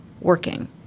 working